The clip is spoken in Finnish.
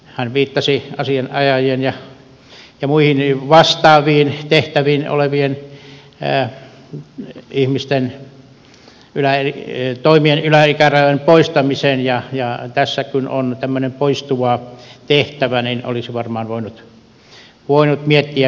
hän viittasi asianajajien ja muissa vastaavissa tehtävissä olevien ihmisten toimien yläikärajojen poistamiseen ja tässä kun on tämmöinen poistuva tehtävä niin olisi varmaan voinut miettiä myös sitä